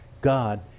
God